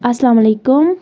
اَسلامُ علیکُم